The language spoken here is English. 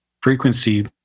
frequency